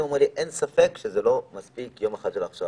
הוא אמר שאין ספק שלא מספיק יום אחד של הכשרה.